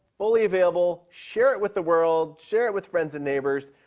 fully available. share it with the world. share it with friends and neighbors.